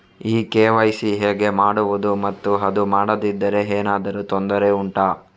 ಈ ಕೆ.ವೈ.ಸಿ ಹೇಗೆ ಮಾಡುವುದು ಮತ್ತು ಅದು ಮಾಡದಿದ್ದರೆ ಏನಾದರೂ ತೊಂದರೆ ಉಂಟಾ